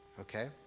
Okay